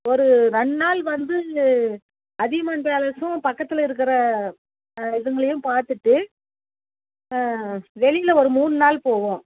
ஒரு ரெண்டு நாள் வந்து அதியமான் பேலஸ்ஸும் பக்கத்தில் இருக்கிற இதுங்களையும் பார்த்துட்டு வெளியில் ஒரு மூணு நாள் போவோம்